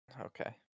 okay